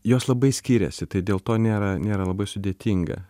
jos labai skiriasi tai dėl to nėra nėra labai sudėtinga